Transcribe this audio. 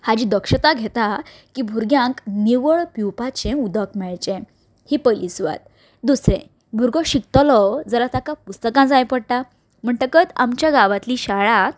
हाची दक्षता घेता की भुरग्यांक निवळ पिवपाचें उदक मेळचें ही पयली सुवात दुसरें भुरगो शिकतलो जाल्यार तेका पुस्तकां जाय पडटा म्हणटकत आमच्या गांवांतल्या शाळा